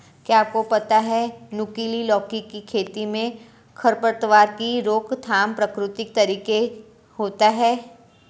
क्या आपको पता है नुकीली लौकी की खेती में खरपतवार की रोकथाम प्रकृतिक तरीके होता है?